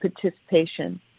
participation